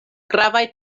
gravaj